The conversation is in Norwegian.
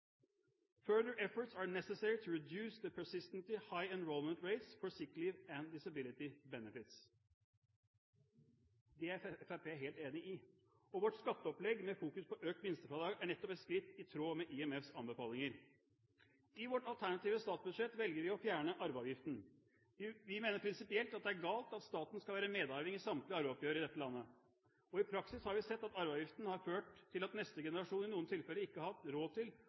efforts are necessary to reduce the persistently high enrollment rates for sick leave and disability benefits.» Det er Fremskrittspartiet helt enig i, og vårt skatteopplegg med fokus på økt minstefradrag er nettopp et skritt i tråd med IMFs anbefalinger. I vårt alternative statsbudsjett velger vi å fjerne arveavgiften. Vi mener prinsipielt det er galt at staten skal være medarving i samtlige arveoppgjør i dette landet. I praksis har vi sett at arveavgiften har ført til at neste generasjon i noen tilfeller ikke har hatt råd til